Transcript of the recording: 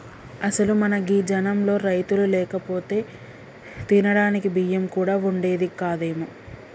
అసలు మన గీ జనంలో రైతులు లేకపోతే తినడానికి బియ్యం కూడా వుండేది కాదేమో